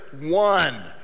one